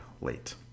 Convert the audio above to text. late